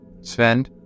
Sven